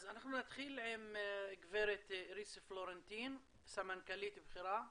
אז נתחיל עם גב' איריס פלורנטין, סמנכ"לית בכירה.